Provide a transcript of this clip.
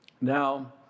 Now